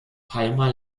palma